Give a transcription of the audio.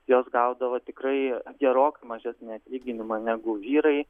jos gaudavo tikrai gerokai mažesnį atlyginimą negu vyrai